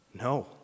No